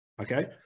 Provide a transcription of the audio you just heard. Okay